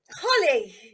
Holly